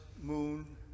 moon